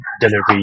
delivery